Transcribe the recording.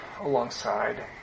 alongside